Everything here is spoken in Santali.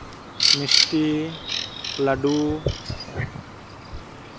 ᱢᱤᱥᱴᱤ ᱞᱟᱹᱰᱩ